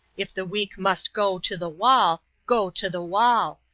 if the weak must go to the wall, go to the wall!